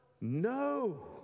No